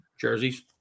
jerseys